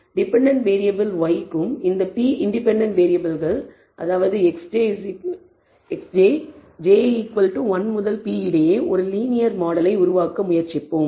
dependent variable y க்கும் இந்த p independent வேறியபிள்கள் xj j 1 முதல் p இடையே ஒரு லீனியர் மாடலை உருவாக்க முயற்சிப்போம்